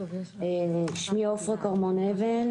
שמי עופרה כרמון אבן,